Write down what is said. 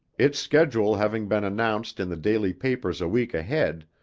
its schedule having been announced in the daily papers a week ahead,